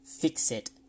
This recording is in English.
Fix-it